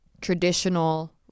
traditional